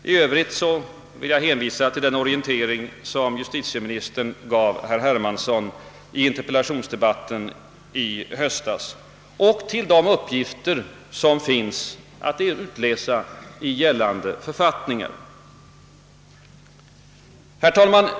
I Övrigt vill jag hänvisa till den orientering som justitieministern gav herr Hermansson i interpellationsdebatten i höstas och till de uppgifter som finns att utläsa i gällande författningar. Herr talman!